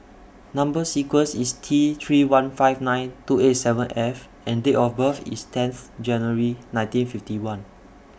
Number sequence IS T three one five nine two eight seven F and Date of birth IS tenth January nineteen fifty one